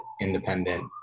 independent